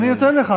אני נותן לך.